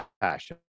passion